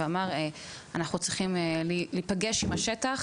ואמר "אנחנו צריכים להיפגש עם השטח